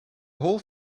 whole